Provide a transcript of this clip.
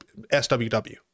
SWW